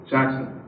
Jackson